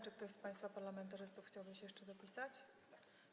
Czy ktoś z państwa parlamentarzystów chciałby się jeszcze dopisać do listy?